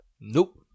Nope